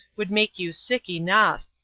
would make you sick enough!